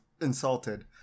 insulted